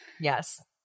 yes